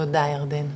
תודה ירדן.